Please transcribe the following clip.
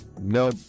no